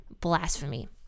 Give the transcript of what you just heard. blasphemy